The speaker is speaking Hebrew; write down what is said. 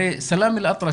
הרי סלאם אלאטרש,